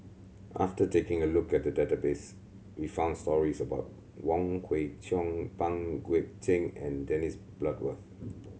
after taking a look at the database we found stories about Wong Kwei Cheong Pang Guek Cheng and Dennis Bloodworth